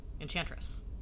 Enchantress